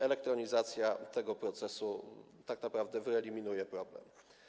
Elektronizacja tego procesu tak naprawdę wyeliminuje problem.